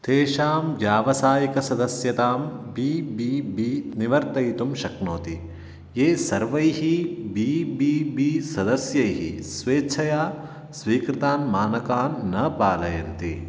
तेषां व्यावसायिकसदस्यतां B B B निवर्तयितुं शक्नोति ये सर्वैः बी बी बी सदस्यैः स्वेच्छया स्वीकृतान् मानकान् न पालयन्ति